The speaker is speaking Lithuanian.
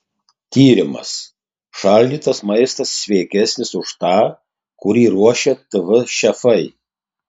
tyrimas šaldytas maistas sveikesnis už tą kurį ruošia tv šefai